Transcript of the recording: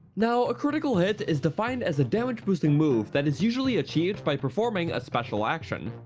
now, a critical hit is defined as a damage boosting move that is usually achieved by performing a special action,